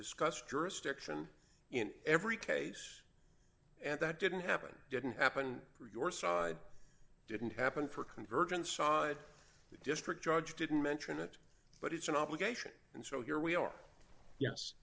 discuss jurisdiction in every case and that didn't happen didn't happen for your side didn't happen for convergence the district judge didn't mention it but it's an obligation and so here we are yes